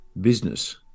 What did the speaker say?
business